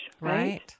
Right